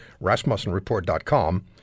rasmussenreport.com